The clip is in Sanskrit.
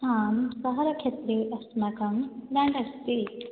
आं सहायक्षेत्रे अस्माकं रेण्ट् अस्ति